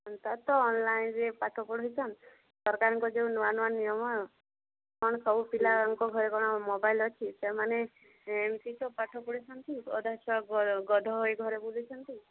ତାର ତ ଅନଲାଇନରେ ପାଠ ପଢ଼ୁଛନ୍ ସରକାରଙ୍କର ଯେଉଁ ନୂଆ ନୂଆ ନିୟମ କ'ଣ ସବୁ ପିଲାଙ୍କ ଘରେ କ'ଣ ମୋବାଇଲ ଅଛି ସେମାନେ ଏମିତି ତ ପାଠ ପଢ଼ୁଛନ୍ତି ଅଧା ଛୁଆ ଗଧ ହୋଇ ଘରେ ବୁଲୁଛନ୍ତି